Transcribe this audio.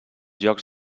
llocs